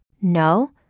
No